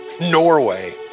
Norway